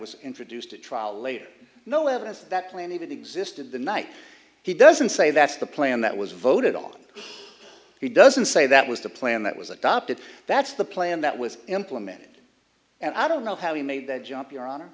was introduced at trial later no evidence that plan even existed the night he doesn't say that's the plan that was voted on he doesn't say that was the plan that was adopted that's the plan that was implemented and i don't know how he made the jump your honor